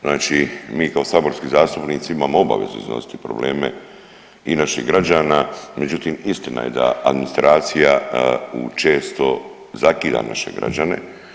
Znači mi kao saborski zastupnici imamo obavezu iznositi probleme i naših građana, međutim istina je da administracija u često zakida naše građane.